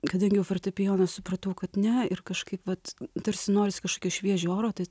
kadangi fortepijonas supratau kad ne ir kažkaip vat tarsi noris kažkokio šviežio oro tai